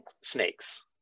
snakes